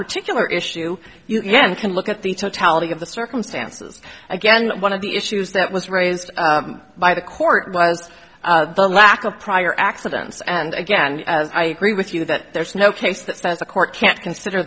particular issue you can can look at the totality of the circumstances again one of the issues that was raised by the court was the lack of prior accidents and again as i agree with you that there is no case that says a court can't consider